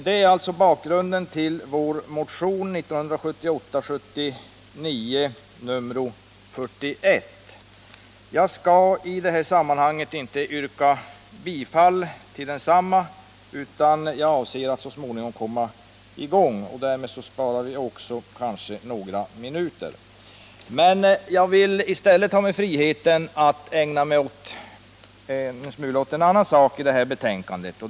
Detta är alltså bakgrunden till vår motion 1978/79:41. Jag skall i det här sammanhanget inte yrka bifall till denna motion, utan jag avser att så småningom komma tillbaka. Därmed spar vi nu kanske några minuter. I stället skall jag ta mig friheten att ägna mig en smula åt en annan sak i det här betänkandet.